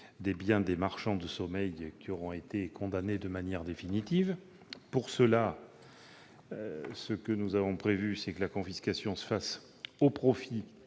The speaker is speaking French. des biens des marchands de sommeil qui auront été condamnés de manière définitive. À cet effet, nous avons prévu que la confiscation se fasse au profit